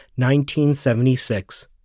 1976